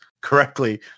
correctly